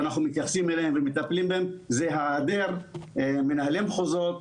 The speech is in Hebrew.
שאנחנו מתייחסים אליו ומטפלים בו הוא היעדר מנהלי מחוזות,